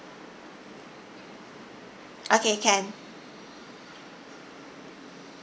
okay can